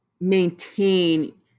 maintain